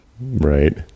right